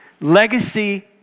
Legacy